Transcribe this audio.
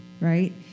right